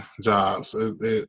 jobs